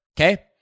okay